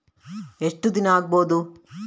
ಎಷ್ಟು ದಿನ ಆಗ್ಬಹುದು?